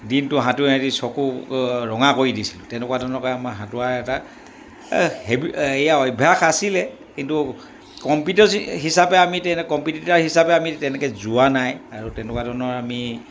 দিনটো সাঁতুৰি সাঁতুৰি চকু ৰঙা কৰি দিছিলোঁ তেনেকুৱা ধৰণে আমাৰ সাঁতোৰাৰ এটা হেবি এয়া অভ্যাস আছিলে কিন্তু কম্পিটিটৰ হিচাপে আমি তেনে কম্পিটিটৰ হিচাপে আমি তেনেকৈ যোৱা নাই আৰু তেনেকুৱা ধৰণৰ আমি